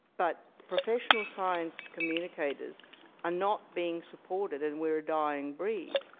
but professional science communicators are not being supported and we are a dying breed.